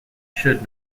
should